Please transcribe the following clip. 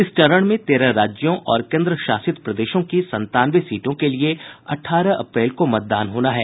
इस चरण में तेरह राज्यों और केंद्र शासित प्रदेशों की संतानवे सीटों के लिए अठारह अप्रैल को मतदान होना है